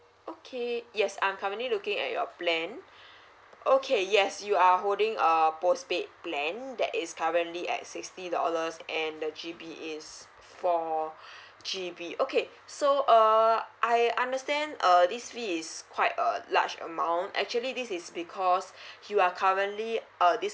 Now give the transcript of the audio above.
okay yes I'm currently looking at your plan okay yes you are holding a post-paid plan that is currently at sixty dollars and the G_B is four G_B okay so uh I understand err this fee is quite a large amount actually this is because you are currently uh this